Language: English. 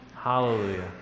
Hallelujah